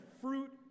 fruit